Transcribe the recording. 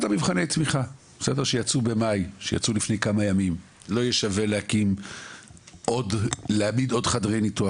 מבחני התמיכה שיצאו לפני כמה ימים לא יהיה שווה להעמיד עוד חדרי ניתוח